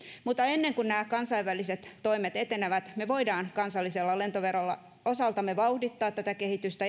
mutta ennen kun nämä kansainväliset toimet etenevät me voimme kansallisella lentoverolla osaltamme vauhdittaa tätä kehitystä